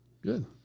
Good